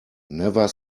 never